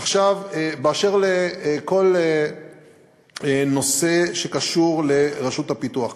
עכשיו באשר לכל הנושא שקשור לרשות הפיתוח.